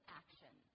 action